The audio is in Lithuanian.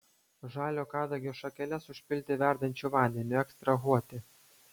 žalio kadagio šakeles užpilti verdančiu vandeniu ekstrahuoti